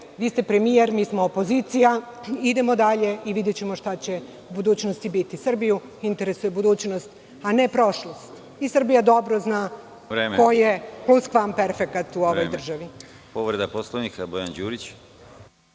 vi ste premijer, mi smo opozicija, idemo dalje i videćemo šta će u budućnosti biti. Srbiju interesuje budućnost, a ne prošlost. Srbija dobro zna ko je pluskvamperfekat u ovoj državi. **Konstantin